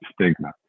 stigma